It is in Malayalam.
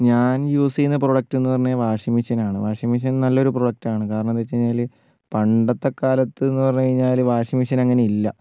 ഞാൻ യൂസ് ചെയ്യുന്ന പ്രൊഡക്ട് എന്ന് പറഞ്ഞു കഴിഞ്ഞാൽ വാഷിംഗ് മെഷീൻ ആണ് വാഷിംഗ് മെഷീൻ നല്ലൊരു പ്രൊഡക്ട് ആണ് കാരണം എന്താ വച്ചു കഴിഞ്ഞാൽ പണ്ടത്തെ കാലത്ത് എന്ന് പറഞ്ഞു കഴിഞ്ഞാൽ വാഷിംഗ് മെഷീൻ അങ്ങനെ ഇല്ല